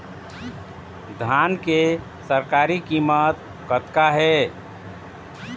धान के सरकारी कीमत कतका हे?